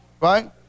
right